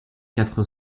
quatre